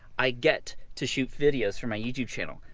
i get to shoot videos for my youtube channel,